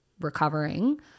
recovering